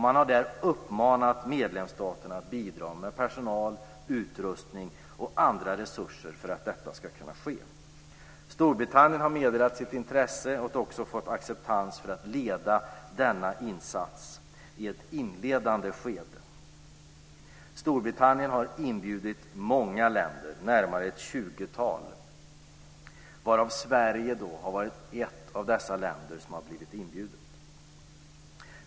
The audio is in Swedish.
Man har där uppmanat medlemsstaterna att bidra med personal, utrustning och andra resurser för att detta ska kunna ske. Storbritannien har meddelat sitt intresse och även fått acceptans för att leda denna insats i ett inledande skede. Storbritannien har inbjudit många länder, närmare ett tjugotal, och Sverige är ett av dessa inbjudna länder.